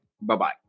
bye-bye